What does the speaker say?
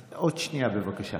אז עוד שנייה, בבקשה.